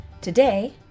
Today